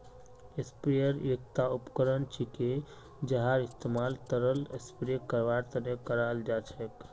sprayer एकता उपकरण छिके जहार इस्तमाल तरल स्प्रे करवार तने कराल जा छेक